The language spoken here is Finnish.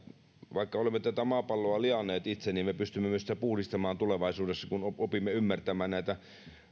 vaikka olemme tätä maapalloa lianneet itse niin me pystymme myös sitä puhdistamaan tulevaisuudessa kun opimme ymmärtämään näitä